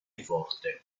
forte